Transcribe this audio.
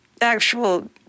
actual